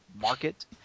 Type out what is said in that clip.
market